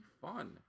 fun